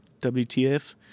WTF